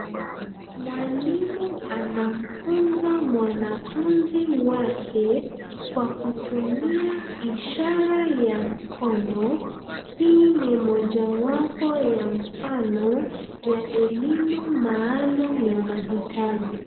Mwalimu anamfunza mwanafunzi wake, kwa kutumia ishara ya mkono, hii ni mojawapo ya mfano ya elimu maalum ya mahitaji.